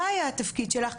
מה היה התפקיד שלך?